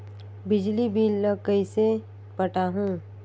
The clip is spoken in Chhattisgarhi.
बिजली बिल ल कइसे पटाहूं?